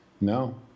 No